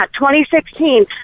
2016